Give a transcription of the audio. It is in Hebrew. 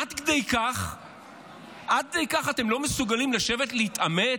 עד כדי כך אתם לא מסוגלים לשבת להתעמת,